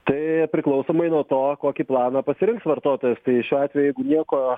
tai priklausomai nuo to kokį planą pasirinks vartotojas tai šiuo atveju jeigu nieko